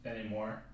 anymore